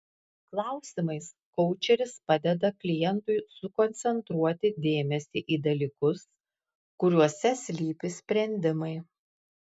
klausimais koučeris padeda klientui sukoncentruoti dėmesį į dalykus kuriuose slypi sprendimai